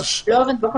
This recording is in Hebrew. לא אבן בוחן